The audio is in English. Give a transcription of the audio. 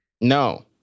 No